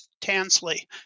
Tansley